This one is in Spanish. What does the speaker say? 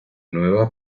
nueva